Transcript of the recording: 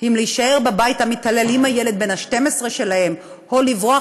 אם להישאר בבית המתעלל עם הילד בן ה-12 שלהן או לברוח